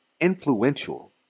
influential